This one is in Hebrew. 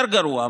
יותר גרוע,